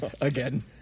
Again